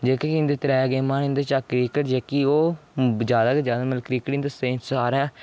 जेह्की एह् त्रैं गेमां न इं'दा चा क्रिकेट जेह्की ओह् जैदा जैदा मतलव क्रिकेट सारें